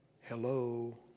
Hello